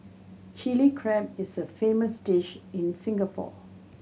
Chilli Crab is a famous dish in Singapore